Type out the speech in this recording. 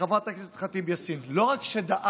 חברת הכנסת ח'טיב יאסין, לא רק שדאגנו